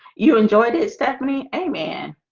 you enjoyed it stephanie a man